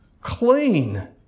clean